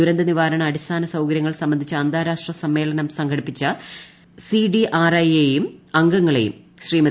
ദുരന്ത നിവാരണ അടിസ്ഥന സൌകര്യങ്ങൾ സംബന്ധിച്ച അന്താരാഷ്ട്ര സമ്മേളനം സംഘടിപ്പ സിഡിആർഐയെയും അംഗങ്ങളെയും ശ്രീമതി